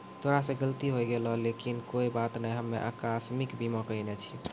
तोरा से गलती होय गेलै लेकिन कोनो बात नै हम्मे अकास्मिक बीमा करैने छिये